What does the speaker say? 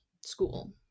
school